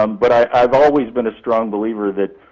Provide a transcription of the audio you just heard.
um but i've always been a strong believer that,